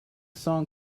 song